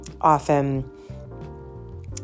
often